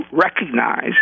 recognize